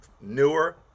newer